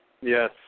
Yes